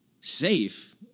safe